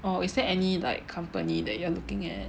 or is there any like company that you are looking at